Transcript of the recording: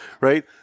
right